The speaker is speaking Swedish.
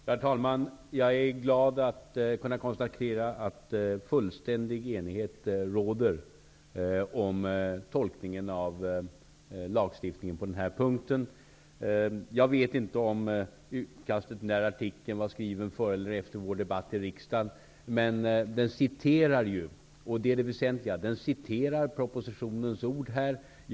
Herr talman! Jag är glad att kunna konstatera att fullständig enighet råder om tolkningen av lagstiftningen på denna punkt. Jag vet inte om utkastet till artikeln var skrivet före vår debatt i riksdagen. Det väsentliga är att propositionens ord citerades i artikeln.